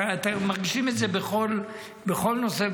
מרגישים את זה בכל נושא,